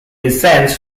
descends